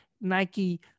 Nike